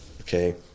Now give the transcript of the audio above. okay